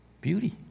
beauty